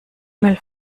mail